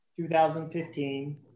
2015